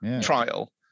trial